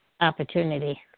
opportunity